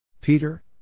Peter